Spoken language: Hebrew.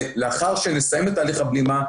ולאחר שנסיים את תהליך הבלימה,